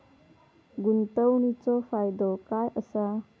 गुंतवणीचो फायदो काय असा?